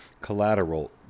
Collateral